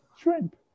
shrimp